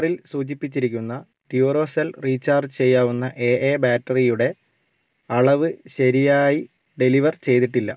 ഓർഡറിൽ സൂചിപ്പിച്ചിരിക്കുന്ന Duracell recharge ചെയ്യാവുന്ന എ എ ബാറ്ററിയുടെ അളവ് ശരിയായി ഡെലിവർ ചെയ്തിട്ടില്ല